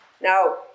Now